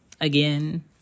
Again